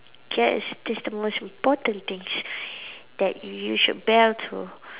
yes that's the most important things that you should abide to